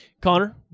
Connor